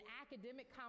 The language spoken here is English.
academic